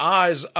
eyes